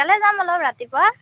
সোনকালে যাম অলপ ৰাতিপুৱা